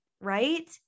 Right